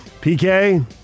PK